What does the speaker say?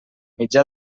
mitjà